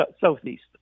southeast